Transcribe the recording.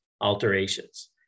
alterations